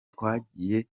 twagiye